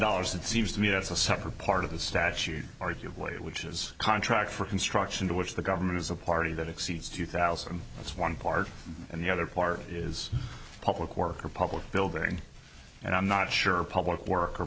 dollars it seems to me that's a separate part of the statute arguably which is a contract for construction to which the government is a party that exceeds two thousand that's one part and the other part is public work or public building and i'm not sure public work or